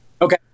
Okay